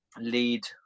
lead